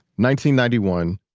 ninety ninety one,